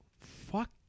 fuck